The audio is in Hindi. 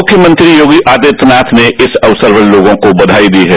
मुख्यमंत्री योगी आदित्यनाथ ने इस अवसर पर लोगों को क्षाई दी है